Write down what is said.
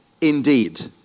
indeed